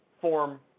form